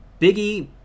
biggie